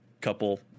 couple